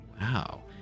wow